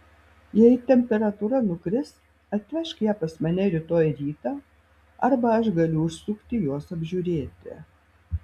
jei temperatūra nukris atvežk ją pas mane rytoj rytą arba aš galiu užsukti jos apžiūrėti